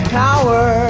power